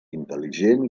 intel·ligent